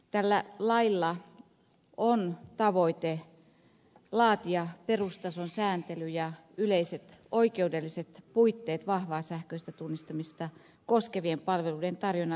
tällä lailla on tavoite laatia perustason sääntely ja yleiset oikeudelliset puitteet vahvaa sähköistä tunnistamista koskevien palveluiden tarjonnalle suomessa